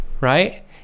right